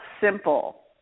simple